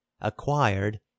acquired